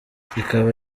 rikaba